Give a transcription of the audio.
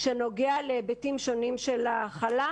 שנוגע להיבטים שונים של ההכלה,